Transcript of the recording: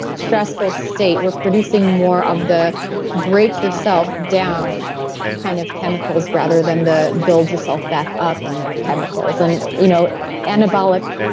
stressful state we're producing more of the break yourself down kind of chemicals rather than the build yourself back up chemicals and you know anabolic,